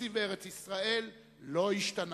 שהציב בארץ-ישראל לא השתנה,